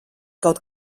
kaut